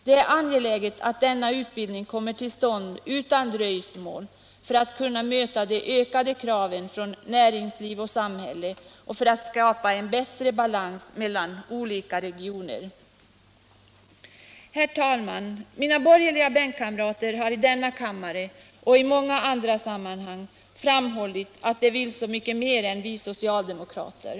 Det är angeläget att denna utbildning kommer till stånd utan dröjsmål för att kunna möta de ökade kraven från näringsliv och samhälle och för att skapa en bättre balans mellan olika regioner. Herr talman! Mina borgerliga bänkkamrater har i denna kammare och i många andra sammanhang framhållit att de vill så mycket mer än vi socialdemokrater.